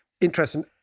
interesting